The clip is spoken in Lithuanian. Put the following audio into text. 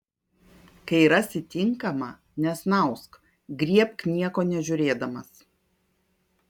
kai rasi tinkamą nesnausk griebk nieko nežiūrėdamas